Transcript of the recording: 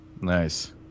Nice